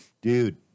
dude